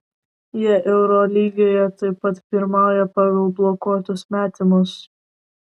jie eurolygoje taip pat pirmauja pagal blokuotus metimus